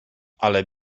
ale